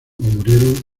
murieron